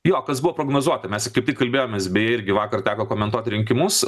jo kas buvo prognozuota mes kaip tik kalbėjomės beje irgi vakar teko komentuoti rinkimus